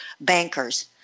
bankers